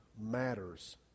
matters